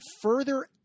Further